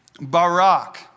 Barak